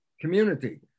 community